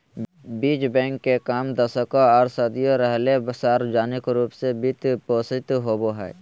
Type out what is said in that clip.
बीज बैंक के काम दशकों आर सदियों रहले सार्वजनिक रूप वित्त पोषित होबे हइ